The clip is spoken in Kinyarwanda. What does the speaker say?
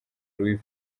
louis